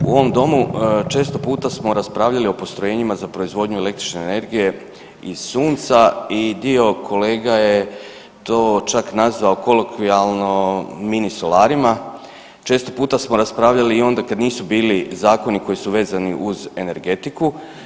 U ovom domu često puta smo raspravljali o postrojenjima za proizvodnju električne energije i sunca i dio kolega je to čak nazvao kolokvijalno mini solarima, često puta smo raspravljali i onda kad nisu bili zakoni koji su vezani uz energetiku.